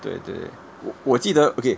对对我我记得 okay